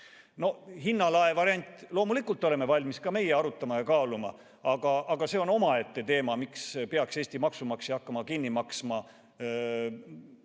No hinnalae variant. Loomulikult oleme ka meie valmis seda arutama ja kaaluma. Aga see on omaette teema, miks peaks Eesti maksumaksja hakkama kinni maksma